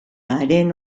haren